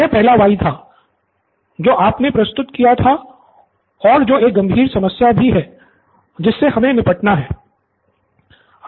यह पहला वाई था जो आपने प्रस्तुत किया था और जो एक गंभीर समस्या भी है जिससे हमे निपटना है